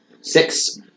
Six